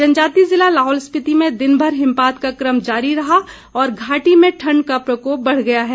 जनजातीय ज़िला लाहौल स्पिति में दिनभर हिमपात का कम जारी रहा और घाटी में ठंड का प्रकोप बढ़ गया है